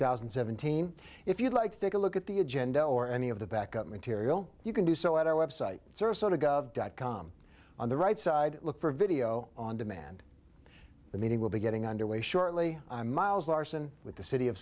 thousand and seventeen if you'd like to take a look at the agenda or any of the backup material you can do so at our website to go of dot com on the right side look for video on demand the meeting will be getting underway shortly i'm miles larson with the city of